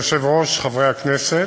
אדוני היושב-ראש, חברי הכנסת,